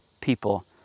people